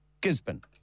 Gisborne